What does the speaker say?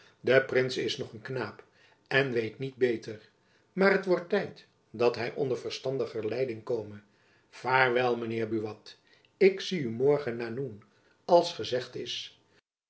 de prins is nog een knaap en weet niet beter maar t wordt tijd dat hy onder verstandiger leiding kome vaarwel mijn heer buat ik zie u morgen na noen als gezegd is